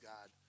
God